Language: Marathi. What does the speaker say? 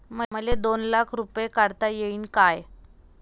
मले दोन लाख रूपे काढता येईन काय?